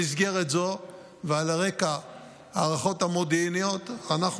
במסגרת זו ועל רקע ההערכות המודיעיניות אנחנו